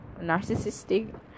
Narcissistic